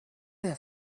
der